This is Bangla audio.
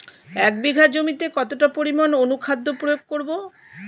এক বিঘা জমিতে কতটা পরিমাণ অনুখাদ্য প্রয়োগ করব?